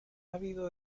ávido